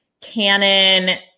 Canon